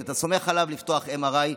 שאתה סומך עליו לפתוח MRI,